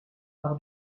par